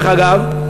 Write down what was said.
דרך אגב,